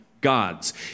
gods